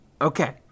Okay